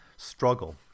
Struggle